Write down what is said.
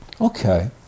Okay